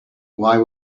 why